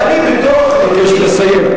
ואני בתוך לבי אני מבקש לסיים.